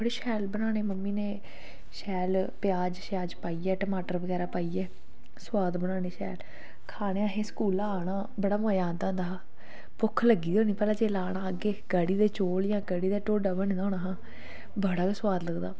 बड़े शैल बनाने मम्मी ने शैल प्याज बगैरा पाइयै टमाटर बगैरा पाइयै स्बाद बनानी शैल खानी अस स्कूला आना बडा मजा आंदा हा भुक्ख लगी दी होनी भला जेहले आना अग्गे कडी ते चौल जां कढ़ी ते ढोडा बने दा होना बड़ा गै सुआद लगदा